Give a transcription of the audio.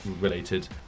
related